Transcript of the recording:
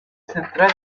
central